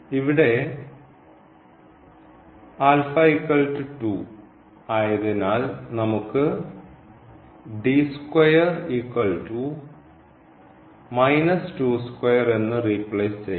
ഇവിടെ ആയതിനാൽ നമുക്ക് എന്ന് റീപ്ലേസ് ചെയ്യാം